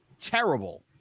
terrible